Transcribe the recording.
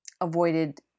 avoided